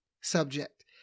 subject